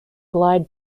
glide